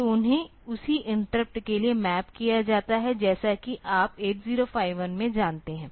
तो उन्हें उसी इंटरप्ट के लिए मैप किया जाता है जैसा कि आप 8051 में जानते हैं